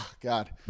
God